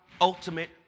ultimate